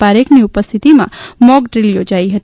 પારેખની ઉપસ્થિતમાં મોકડ્રિલ યોજાઈ હતી